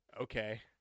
Okay